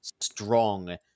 strong